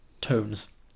tones